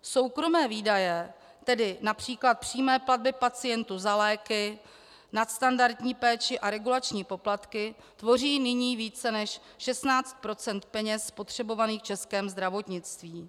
Soukromé výdaje, tedy například přímé platby pacientů za léky, nadstandardní péči a regulační poplatky, tvoří nyní více než 16 % peněz spotřebovaných v českém zdravotnictví.